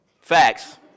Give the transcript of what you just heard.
Facts